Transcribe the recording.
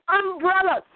umbrella